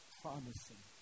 promising